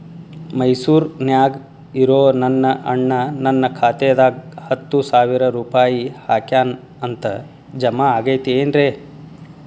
ಮೈಸೂರ್ ನ್ಯಾಗ್ ಇರೋ ನನ್ನ ಅಣ್ಣ ನನ್ನ ಖಾತೆದಾಗ್ ಹತ್ತು ಸಾವಿರ ರೂಪಾಯಿ ಹಾಕ್ಯಾನ್ ಅಂತ, ಜಮಾ ಆಗೈತೇನ್ರೇ?